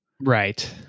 right